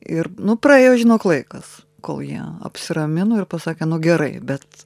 ir nu praėjo žinok laikas kol jie apsiramino ir pasakė nu gerai bet